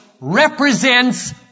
represents